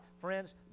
Friends